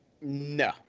No